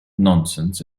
nonsense